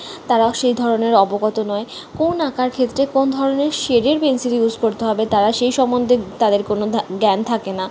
তারা সেই ধরনের অবগত নয় কোন আঁকার ক্ষেত্রে কোন ধরনের শেডের পেনসিল ইউস করতে হবে তারা সেই সম্বন্ধে তাদের কোনো ধা জ্ঞান থাকে না